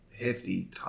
hefty